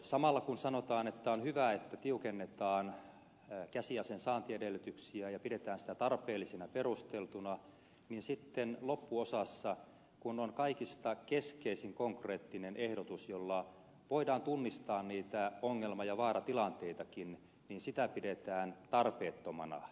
samalla kun sanotaan että on hyvä että tiukennetaan käsiaseen saantiedellytyksiä ja pidetään sitä tarpeellisena perusteltuna niin sitten loppuosassa kun on kaikista keskeisin konkreettinen ehdotus jolla voidaan tunnistaa niitä ongelma ja vaaratilanteitakin sitä pidetään tarpeettomana